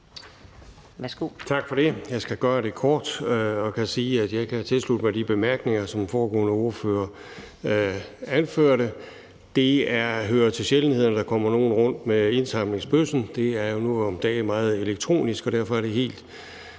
Tak for det. Jeg skal gøre det kort og sige, at jeg kan tilslutte mig de bemærkninger, som den foregående ordfører anførte. Det hører til sjældenhederne, at der kommer nogen rundt med indsamlingsbøssen, for det er nu om dage meget elektronisk, og derfor er det også